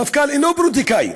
המפכ"ל אינו פוליטיקאי,